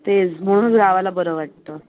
तेच म्हणून गावाला बरं वाटतं